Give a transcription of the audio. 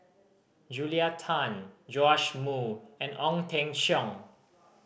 Julia Tan Joash Moo and Ong Teng Cheong